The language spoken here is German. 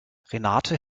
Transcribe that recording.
renate